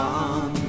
on